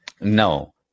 No